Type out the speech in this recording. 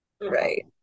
Right